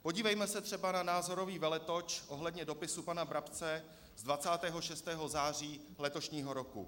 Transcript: Podívejme se třeba na názorový veletoč ohledně dopisu pana Brabce z 26. září letošního roku.